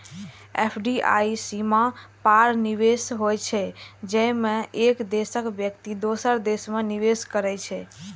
FDI सीमा पार निवेश होइ छै, जेमे एक देशक व्यक्ति दोसर देश मे निवेश करै छै